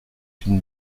une